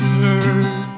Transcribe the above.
hurt